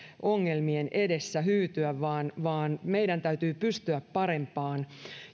ongelmien edessä hyytyä vaan vaan meidän täytyy pystyä parempaan